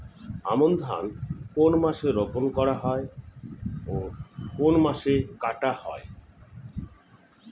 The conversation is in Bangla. আমন ধান কোন মাসে বপন করা হয় ও কোন মাসে কাটা হয়?